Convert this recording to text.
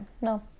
no